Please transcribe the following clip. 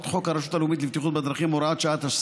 חוק הרשות הלאומית לבטיחות בדרכים (הוראת שעה),